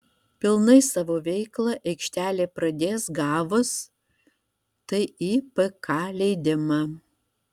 pilnai savo veiklą aikštelė pradės gavus tipk leidimą